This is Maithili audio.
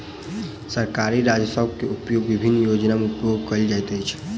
सरकारी राजस्व के उपयोग विभिन्न योजना में उपयोग कयल जाइत अछि